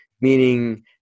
meaning